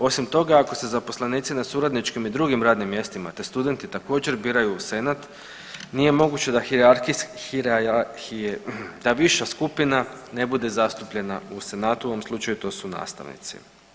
Osim toga ako se zaposlenici na suradničkim i drugim radnim mjestima, te studenti također biraju u senat nije moguće da viša skupina ne bude zastupljena u senatu, u ovom slučaju to su nastavnici.